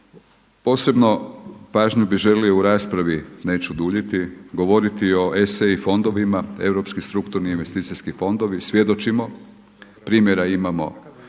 Posebno pažnju bih želio u raspravi, neću duljiti, govoriti o ESEI fondovima, Europski strukturni investicijski fondovi, svjedočimo primjera imamo